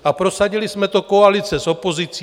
A prosadili jsme to koalice s opozicí.